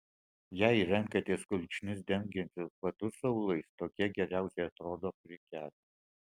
jei renkatės kulkšnis dengiančius batus su aulais tokie geriausiai atrodo prie kelnių